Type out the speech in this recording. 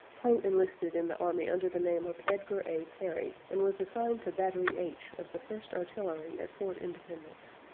poe enlisted in the army under the name of edgar a. perry, and was assigned to battery h of the first artillery at fort independence.